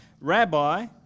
Rabbi